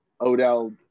Odell